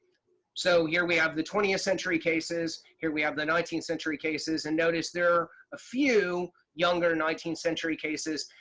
so here we have the twentieth century cases, here we have the nineteenth century cases, and notice there are a few younger nineteenth century cases.